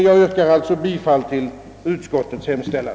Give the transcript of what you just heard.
Jag yrkar alltså bifall till utskottets hemställan.